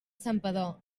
santpedor